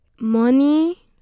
money